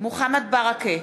מוחמד ברכה,